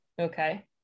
okay